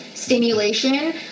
stimulation